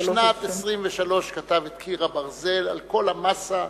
בשנת 1923 כתב את "קיר הברזל", על כל המסה,